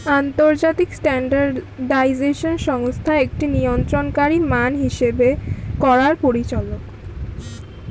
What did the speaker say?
আন্তর্জাতিক স্ট্যান্ডার্ডাইজেশন সংস্থা একটি নিয়ন্ত্রণকারী মান হিসেব করার পরিচালক